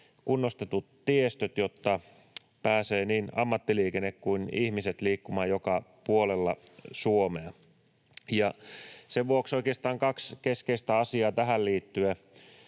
kunnostetut tiestöt, jotta pääsevät niin ammattiliikenne kuin ihmiset liikkumaan joka puolella Suomea. Sen vuoksi oikeastaan kaksi keskeistä asiaa tähän liittyen: